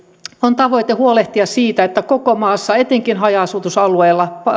on tavoite huolehtia siitä että koko maassa etenkin haja asutusalueella